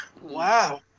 Wow